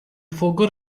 forgot